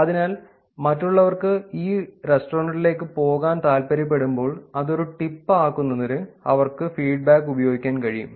അതിനാൽ മറ്റുള്ളവർക്ക് ഈ റെസ്റ്റോറന്റിലേക്ക് പോകാൻ താൽപ്പര്യപ്പെടുമ്പോൾ അത് ഒരു ടിപ്പ് ആക്കുന്നതിന് അവർക്ക് ഫീഡ്ബാക്ക് ഉപയോഗിക്കാൻ കഴിയും